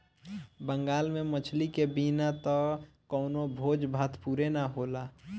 बंगाल में मछरी के बिना त कवनो भोज भात पुरे ना होला